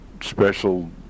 special